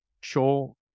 show